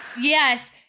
yes